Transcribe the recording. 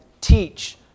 teach